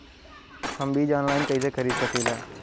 हम बीज के आनलाइन कइसे खरीद सकीला?